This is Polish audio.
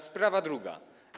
Sprawa druga.